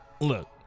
Look